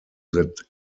that